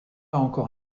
encore